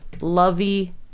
Lovey